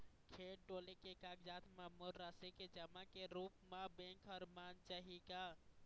खेत डोली के कागजात म मोर राशि के जमा के रूप म बैंक हर मान जाही का?